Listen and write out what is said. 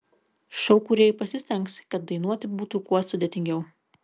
šou kūrėjai pasistengs kad dainuoti būtų kuo sudėtingiau